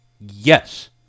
Yes